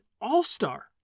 all-star